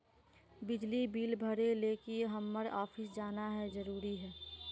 बिजली बिल भरे ले की हम्मर ऑफिस जाना है जरूरी है?